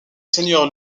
seigneur